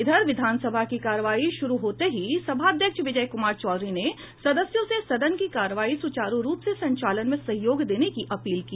इधर विधानसभा की कार्यवाही शुरू होते ही सभाध्यक्ष विजय कुमार चौधरी ने सदस्यों से सदन की कार्यवाही सुचारू रूप से संचालन में सहयोग देने की अपील की